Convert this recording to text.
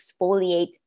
exfoliate